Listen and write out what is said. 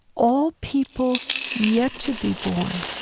all people yet to be born.